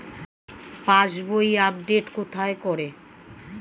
পাসবই update কোথায় করে?